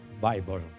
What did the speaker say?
Bible